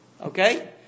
Okay